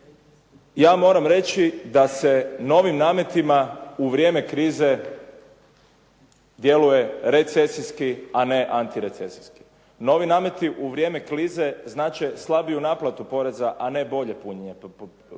Ja moram reći da se novim nametima u vrijeme krize djeluje recesijski, a ne antirecesijski. Novi nameti u vrijeme krize znače slabiju naplatu poreza, a ne bolje punjenje